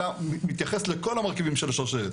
אלא מתייחס לכל המרכיבים של השרשרת.